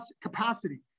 capacity